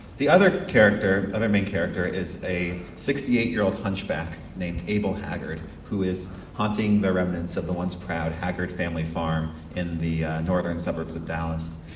the other character, the other main character is a sixty eight year old hunchback named abel haggard who is haunting the remnants of the once proud haggard family farm in the northern suburbs of dallas.